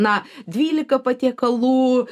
na dvyliką patiekalų